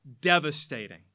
devastating